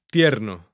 Tierno